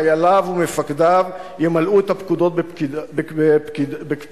חייליו ומפקדיו ימלאו את הפקודות בקפידה,